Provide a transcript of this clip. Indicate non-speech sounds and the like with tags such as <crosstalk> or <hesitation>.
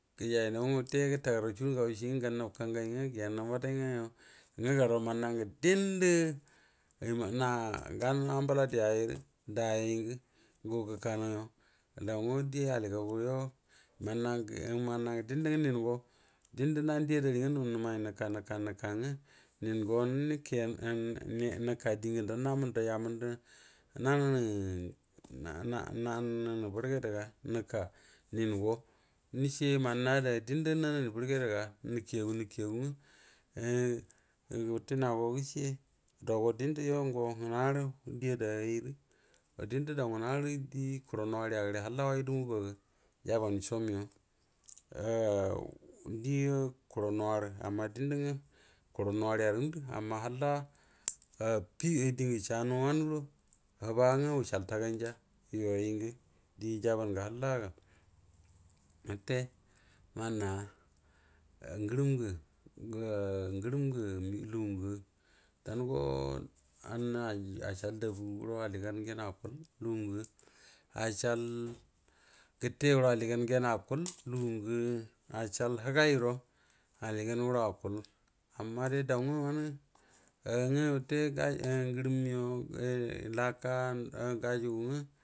Gətagərraw sugur ngaway shi ngwə ngwə garruw mənna diendə nag an ambulaktə ayrə ngr sugəkanaw yod ow die alligaw monna gə dien da nnan die adari ngwə ningo mu nə may noka nəka nəka ngwə ningo noka rə aywə nananə burgela nəke ningo nəkə diɛnyə dində nananə buryəda wate naga səshi wate nago gce dow go dieudə dau ngna rə də adari, dawgo diedo kurroww na rə ya gəre waji donu mba go jaban some <hesitation> die kuarow ngandu amma halla affi guro dieya sanu wanyuəro huba ngwo wucəral taganjə yuoygwə die jama hahla, wate mənnədie jaman halla mənna ngərem lugu gwə dan acral dabu anoro allisan gyen akaəl. lugu nwə acral gəte guəro alliy yen akual, lugunswe luyigwe acral həgay guəro alligan guəro akuəl. amma dey dou uhn lakay gajugu ngwə.